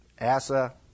Asa